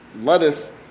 lettuce